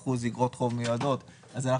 אגרות חוב מיועדות שכבר הונפקו לקרן וטרם נפדו,